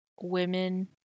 women